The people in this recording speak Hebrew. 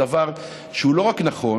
זה דבר שהוא לא רק נכון,